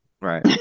Right